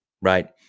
right